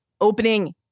Opening